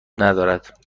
ندارد